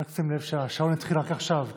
שים לב שהשעון התחיל רק עכשיו.